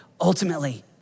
Ultimately